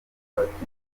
abakinnyi